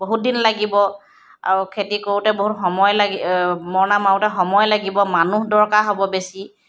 বহুত দিন লাগিব আৰু খেতি কৰোঁতে বহুত সময় লাগি মৰণা মাৰোঁতে সময় লাগিব মানুহ দৰকাৰ হ'ব বেছি